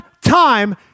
time